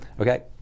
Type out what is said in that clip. okay